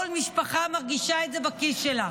כל משפחה מרגישה את זה בכיס שלה.